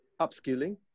upskilling